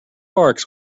barks